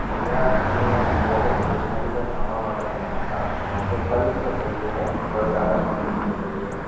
भैया हमें थोड़ा सा स्टेशनरी का सामान ऑर्डर करना था आपके यहाँ से बल्क में चाहिए है थोड़ा ज़्यादा क्वांटिटी में चाहिए है